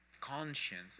conscience